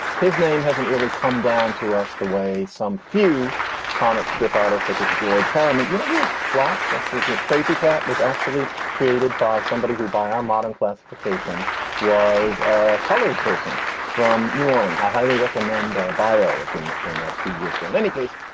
his name hasn't really come down to us the way some few comic strip artists such as george harrasment. you know he was black. that's crazy. cat was actually created by somebody who by our modern classification was a colored person from new orleans. i highly recommend bio of him that came out a few years ago. in any case,